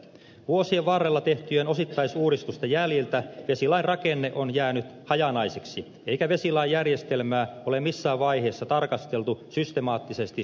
vuosien varrella tehtyjen osittaisuudistusten jäljiltä vesilain rakenne on jäänyt hajanaiseksi eikä vesilain järjestelmää ole missään vaiheessa tarkasteltu systemaattisesti kokonaisuutena